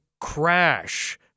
crash